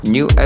New